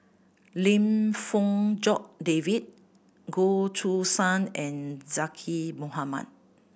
Lim Fong Jock David Goh Choo San and Zaqy Mohamad